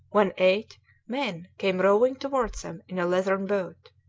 when eight men came rowing towards them in a leathern boat.